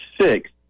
six